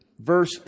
verse